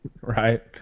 Right